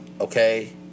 Okay